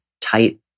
tight